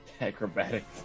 acrobatics